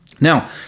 Now